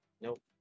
nope